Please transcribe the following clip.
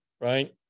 right